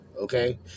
Okay